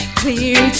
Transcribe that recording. clear